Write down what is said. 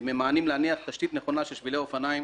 עם הגחמות והפיתולים של שר התחבורה בנוגע לאופניים ואופניים